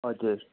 हजुर